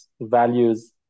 values